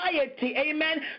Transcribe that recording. amen